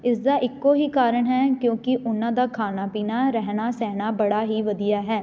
ਇਸਦਾ ਇੱਕੋ ਹੀ ਕਾਰਨ ਹੈ ਕਿਉਂਕਿ ਉਨ੍ਹਾਂ ਦਾ ਖਾਣਾ ਪੀਣਾ ਰਹਿਣਾ ਸਹਿਣਾ ਬੜਾ ਹੀ ਵਧੀਆ ਹੈ